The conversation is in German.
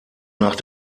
nach